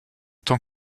tant